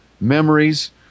memories